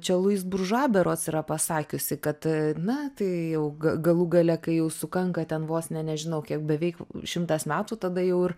čia lujis buržua berods yra pasakiusi kad na tai jau g galų gale kai jau sukanka ten vos ne nežinau kiek beveik šimtas metų tada jau ir